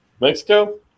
mexico